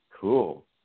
cool